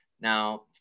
Now